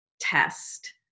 test